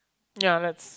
ya let's